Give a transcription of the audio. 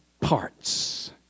parts